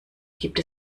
gibt